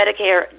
Medicare